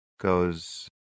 goes